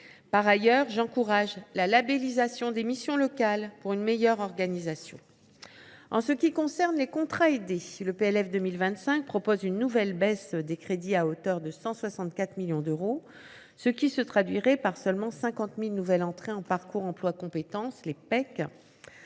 Par ailleurs, j’encourage la labellisation des missions locales pour une meilleure organisation. En ce qui concerne les contrats aidés, le PLF pour 2025 prévoit une nouvelle baisse des crédits de 164 millions d’euros, ce qui se traduirait par une limitation à 50 000 du nombre de nouvelles entrées en parcours emploi compétences (PEC),